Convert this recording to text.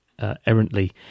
errantly